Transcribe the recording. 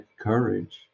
courage